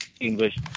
English